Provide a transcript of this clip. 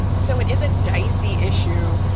ah so it is a dicey issue.